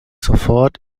sofort